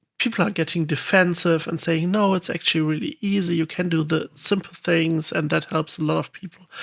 people are getting defensive and saying, no, it's actually really easy. you can do the simple things, and that helps a lot of people.